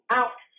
out